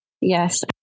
Yes